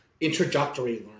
introductory